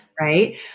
right